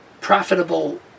profitable